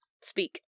speak